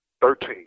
Thirteen